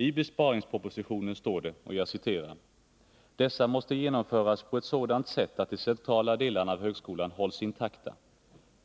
I besparingspropositionen står det: Dessa måste genomföras på ett sådant sätt att de centrala delarna av högskolan hålls intakta,